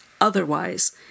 otherwise